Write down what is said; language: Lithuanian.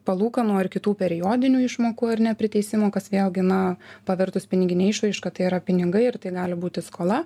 palūkanų ar kitų periodinių išmokų ar ne priteisimo kas vėlgi na pavertus pinigine išraiška tai yra pinigai ir tai gali būti skola